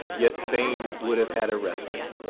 yet fain would have had respite.